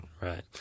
Right